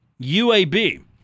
UAB